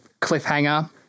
cliffhanger